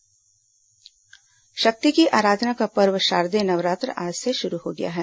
शारदेय नवरात्र शक्ति की आराधना का पर्व शारदेय नवरात्र आज से शुरू हो गया है